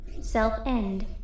self-end